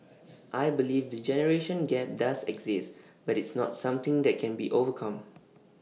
I believe the generation gap does exist but it's not something that can't be overcome